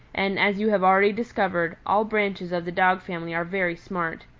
and, as you have already discovered, all branches of the dog family are very smart.